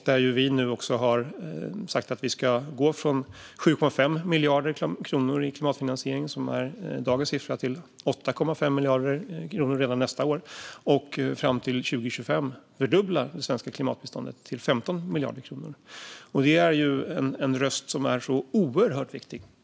Där har vi sagt att vi ska gå från 7,5 miljarder kronor i klimatfinansiering, som är dagens siffra, till 8,5 miljarder kronor redan nästa år och fram till 2025 fördubbla det svenska klimatbiståndet till 15 miljarder kronor. Det är en röst som är oerhört viktig.